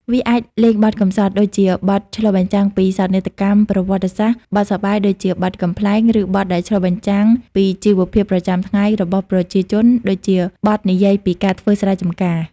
វាអាចលេងបទកំសត់ ដូចជាបទឆ្លុះបញ្ចាំងពីសោកនាដកម្មប្រវត្តិសាស្ត្រ បទសប្បាយ ដូចជាបទកំប្លែង ឬបទដែលឆ្លុះបញ្ចាំងពីជីវភាពប្រចាំថ្ងៃរបស់ប្រជាជន ដូចជាបទនិយាយពីការធ្វើស្រែចំការ។